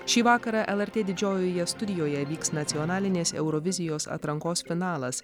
šį vakarą lrt didžiojoje studijoje vyks nacionalinės eurovizijos atrankos finalas